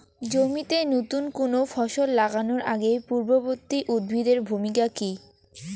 জমিতে নুতন কোনো ফসল লাগানোর আগে পূর্ববর্তী উদ্ভিদ এর ভূমিকা কি?